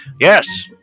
Yes